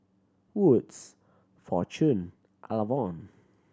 Wood's Fortune Avalon